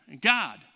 God